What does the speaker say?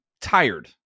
tired